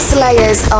Slayers